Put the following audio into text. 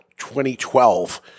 2012